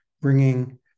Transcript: bringing